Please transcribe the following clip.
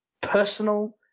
personal